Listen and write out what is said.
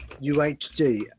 UHD